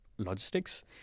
logistics